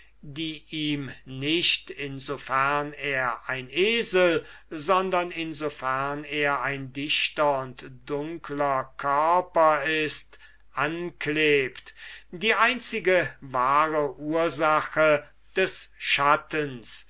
die ihm nicht in so fern er ein esel sondern in so fern er ein opaker körper ist anklebt die einzige wahre ursache des schattens